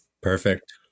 Perfect